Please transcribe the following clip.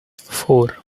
four